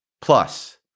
Plus